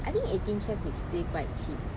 I think eighteen chef is still quite cheap